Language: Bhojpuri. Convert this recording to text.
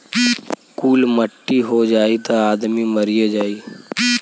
कुल मट्टी हो जाई त आदमी मरिए जाई